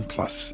Plus